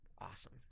awesome